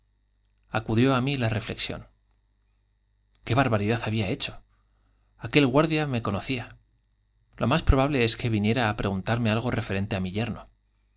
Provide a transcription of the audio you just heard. acudió á mí la reflexión detuve jadeante y j qué barbaridad había hecho aquel guardia me cono cía lo más probable es que viniera á preguntarme referente tí mi yerno